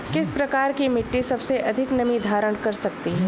किस प्रकार की मिट्टी सबसे अधिक नमी धारण कर सकती है?